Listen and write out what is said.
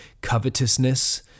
Covetousness